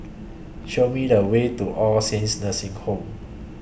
Show Me The Way to All Saints Nursing Home